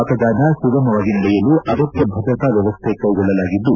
ಮತದಾನ ಸುಗಮವಾಗಿ ನಡೆಯಲು ಅಗತ್ಯ ಭದ್ರತಾ ವ್ಯವಸ್ಥೆ ಕೈಗೊಳ್ಳಲಾಗಿದ್ದು